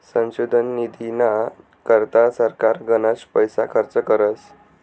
संशोधन निधीना करता सरकार गनच पैसा खर्च करस